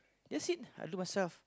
that's it I do myself